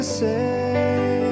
say